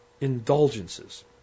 indulgences